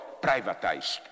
privatized